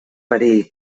perill